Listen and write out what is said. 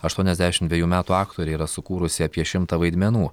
aštuoniasdešimt dvejų metų aktorė yra sukūrusi apie šimtą vaidmenų